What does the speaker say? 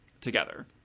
together